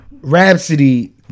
Rhapsody